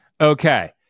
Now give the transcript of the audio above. Okay